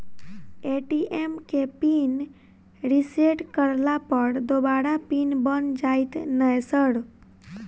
ATM केँ pin reset करला पर दोबारा पिन बन जाइत नै सर?